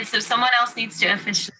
and so someone else needs to